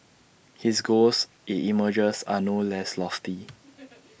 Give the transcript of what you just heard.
his goals IT emerges are no less lofty